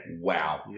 Wow